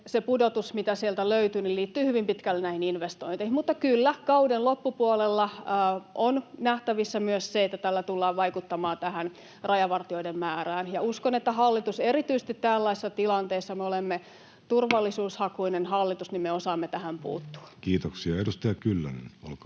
pudotus, mitä sieltä on löytynyt, liittyy hyvin pitkälle näihin investointeihin. Mutta kyllä, kauden loppupuolella on nähtävissä myös se, että tällä tullaan vaikuttamaan tähän rajavartijoiden määrään. [Annika Saarikko: Kyllä, 150 henkilötyövuotta!] Uskon, että hallitus erityisesti tällaisessa tilanteessa... Me olemme turvallisuushakuinen hallitus, niin me osaamme tähän puuttua. Kiitoksia. — Edustaja Kyllönen, olkaa hyvä.